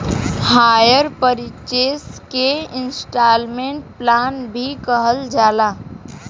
hire purchase के instalment plan भी कहल जाला